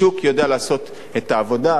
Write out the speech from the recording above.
השוק יודע לעשות את העבודה,